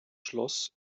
schloss